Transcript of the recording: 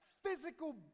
Physical